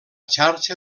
xarxa